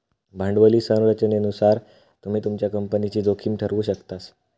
भांडवली संरचनेनुसार तुम्ही तुमच्या कंपनीची जोखीम ठरवु शकतास